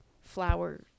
flower